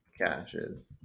catches